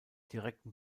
direkten